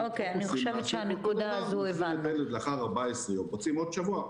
תודה רבה לכם, וחג שמח לכולם.